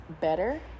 better